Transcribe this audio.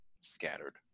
scattered